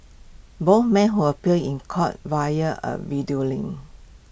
both men who appeared in court via A video link